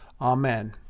Amen